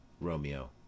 Romeo